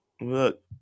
Look